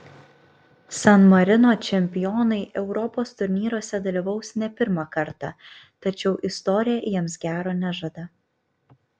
san marino čempionai europos turnyruose dalyvaus ne pirmą kartą tačiau istorija jiems gero nežada